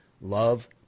Love